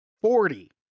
Forty